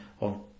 on